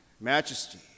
majesty